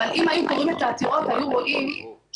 אבל אם היו קוראים את העתירות הם היו רואים שכבר